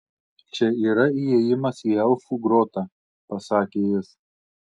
čia yra įėjimas į elfų grotą pasakė jis